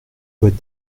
boîte